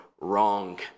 wrong